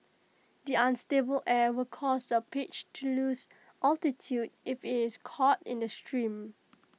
the unstable air will cause the Apache to lose altitude if IT is caught in the stream